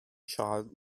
child